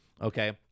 Okay